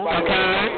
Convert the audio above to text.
okay